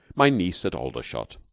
my niece at aldershot.